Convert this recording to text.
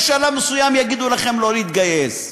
בשלב מסוים יגידו לכם לא להתגייס.